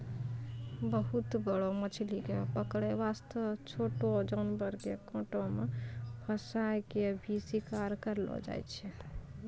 बहुत बड़ो मछली कॅ पकड़ै वास्तॅ छोटो जानवर के कांटा मॅ फंसाय क भी शिकार करलो जाय छै